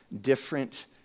different